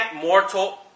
mortal